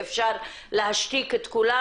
שאפשר להשתיק את כולם,